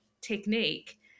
technique